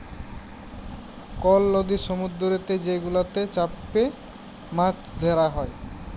call লদি সমুদ্দুরেতে যে গুলাতে চ্যাপে মাছ ধ্যরা হ্যয়